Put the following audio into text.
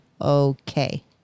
okay